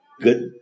good